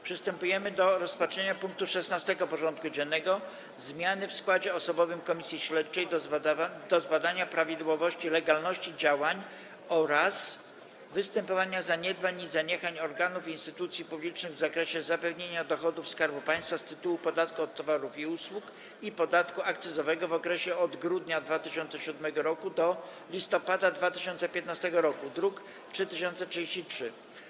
Przystępujemy do rozpatrzenia punktu 16. porządku dziennego: Zmiany w składzie osobowym Komisji Śledczej do zbadania prawidłowości i legalności działań oraz występowania zaniedbań i zaniechań organów i instytucji publicznych w zakresie zapewnienia dochodów Skarbu Państwa z tytułu podatku od towarów i usług i podatku akcyzowego w okresie od grudnia 2007 r. do listopada 2015 r. (druk nr 3033)